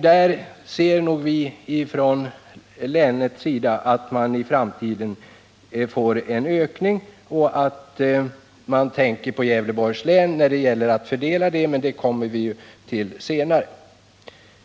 Där ser vi från länets sida gärna en ökning i framtiden, och vi hoppas att man tänker på Gävleborgs län när det gäller att fördela dessa medel. Men detta kommer vi till senare.